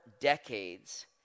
decades